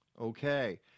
Okay